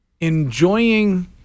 enjoying